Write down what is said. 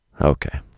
Okay